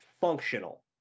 functional